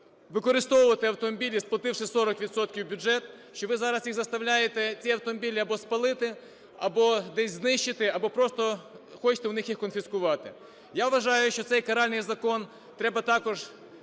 використовувати автомобілі, сплативши 40 відсотків в бюджет, що ви зараз їх заставляєте ці автомобілі або спалити, або десь знищити, або просто хочете у них їх конфіскувати. Я вважаю, що цей каральний закон треба також